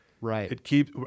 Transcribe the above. Right